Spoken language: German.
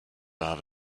wahr